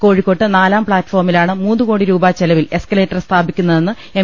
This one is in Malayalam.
കോഴിക്കോട്ട് നാലാം പ്പാറ്റ്ഫോമിലാണ് മൂന്നുകോടി രൂപ ചെലവിൽ എസ്കലേറ്റർ സ്ഥാപി ക്കുന്നതെന്ന് എം